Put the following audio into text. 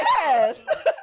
Yes